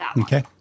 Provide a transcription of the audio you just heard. Okay